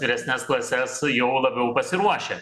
vyresnes klases jau labiau pasiruošę